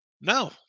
No